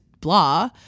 blah